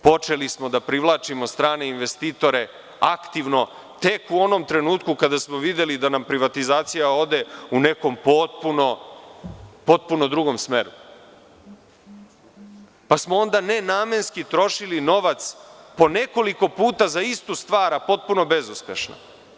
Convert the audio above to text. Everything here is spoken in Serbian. Počeli smo da privlačimo strane investitore aktivno tek u onom trenutku kada smo videli da nam privatizacija ode u nekom potpuno drugom smeru, pa smo onda nenamenski trošili novac po nekoliko puta za istu stvar, a potpuno bezuspešno.